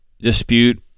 dispute